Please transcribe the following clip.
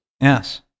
Yes